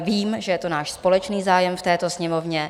Vím, že je to náš společný zájem v této Sněmovně.